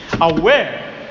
aware